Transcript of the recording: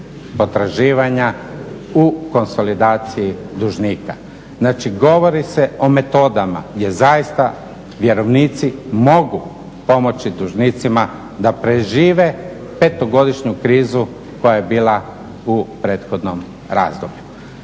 potraživanja u konsolidaciji dužnika. Znači govori se o metodama gdje zaista vjerovnici mogu pomoći dužnicima da prežive petogodišnju krizu koja je bila u prethodnom razdoblju